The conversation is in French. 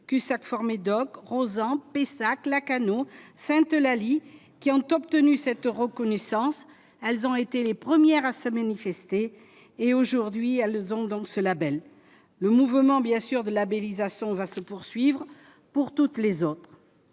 que doc Rozan Pessac Lacanau Sainte-Eulalie qui ont obtenu cette reconnaissance, elles ont été les premières à se manifester, et aujourd'hui, elles ont donc ce Label, le mouvement, bien sûr, de labellisation va se poursuivre pour toutes les autres,